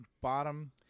bottom